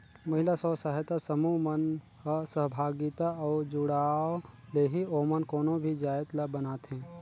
महिला स्व सहायता समूह मन ह सहभागिता अउ जुड़ाव ले ही ओमन कोनो भी जाएत ल बनाथे